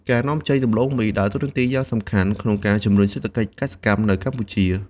ការនាំចេញដំឡូងមីដើរតួនាទីយ៉ាងសំខាន់ក្នុងការជំរុញសេដ្ឋកិច្ចកសិកម្មនៅកម្ពុជា។